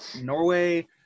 Norway